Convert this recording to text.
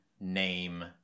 name